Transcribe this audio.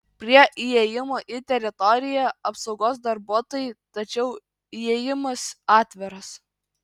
prie įėjimo į teritoriją apsaugos darbuotojai tačiau įėjimas atviras